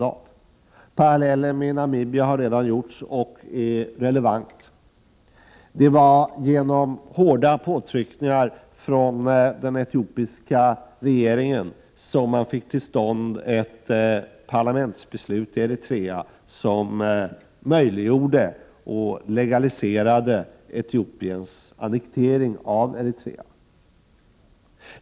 De paralleller med Namibia som redan har dragits är relevanta. Det var genom starka påtryckningar från den etiopiska regeringen som man i Eritrea fick till stånd ett parlamentsbeslut, som möjliggjorde och legaliserade Etiopiens annektering av Eritrea.